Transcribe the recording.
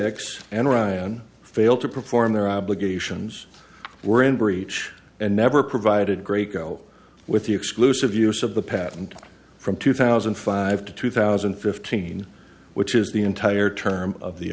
write x and ryan fail to perform their obligations were in breach and never provided great go with the exclusive use of the patent from two thousand and five to two thousand and fifteen which is the entire term of the